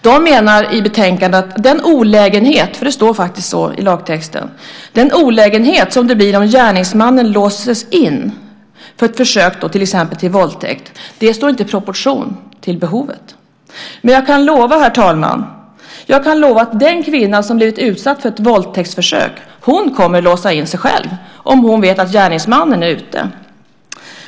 De menar i betänkandet att den olägenhet - det står faktiskt så i lagtexten - som det blir om gärningsmannen låses in för ett försök till exempel till våldtäkt inte står i proportion till behovet. Men jag kan lova, herr talman, att den kvinna som blivit utsatt för ett våldtäktsförsök kommer att låsa in sig själv om hon vet att gärningsmannen är ute.